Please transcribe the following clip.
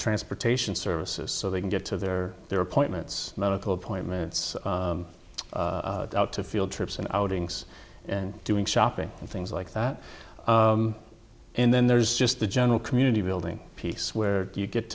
transportation services so they can get to their their appointments medical appointments out to field trips and outings and doing shopping and things like that and then there's just the general community building peace where you get